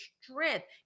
strength